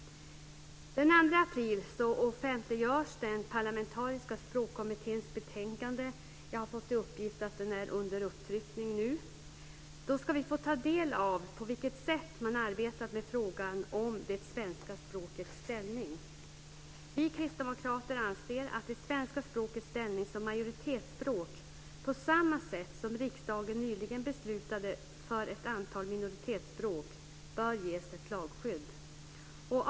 Den 2 april offentliggörs den parlamentariska språkkommitténs betänkande. Jag har fått en uppgift om att den är under upptryckning nu. Då ska vi få ta del av på vilket sätt man har arbetat med frågan om det svenska språkets ställning. Vi kristdemokrater anser att det svenska språkets ställning som majoritetsspråk, på samma sätt som riksdagen nyligen beslutade för ett antal minoritetsspråk, bör ges ett lagskydd.